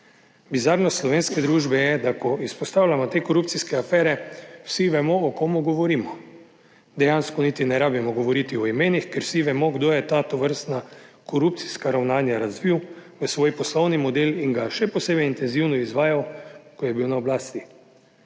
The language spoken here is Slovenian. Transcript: Bizarnost slovenske družbe je, da ko izpostavljamo te korupcijske afere, vsi vemo, o kom govorimo. Dejansko niti ne rabimo govoriti o imenih, ker vsi vemo kdo je ta tovrstna korupcijska ravnanja razvil v svoj poslovni model in ga še posebej intenzivno izvajal, ko je bil na oblasti.